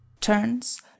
Turns